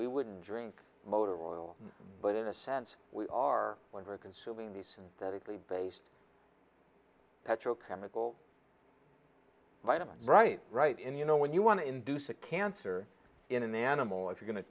we wouldn't drink motor oil but in a sense we are very consoling these synthetically based petrochemical vitamins right right and you know when you want to induce a cancer in an animal if you're go